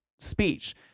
speech